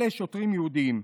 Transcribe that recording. אלה שוטרים יהודים.